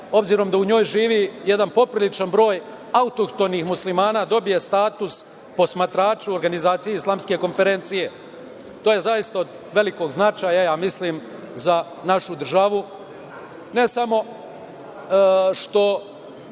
obzirom da u njoj živi jedan popriličan broj autohtonih muslimana, dobije status posmatrača u Organizaciji islamske konferencije. To je zaista od velikog značaja za našu državu, ne samo zato